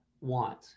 want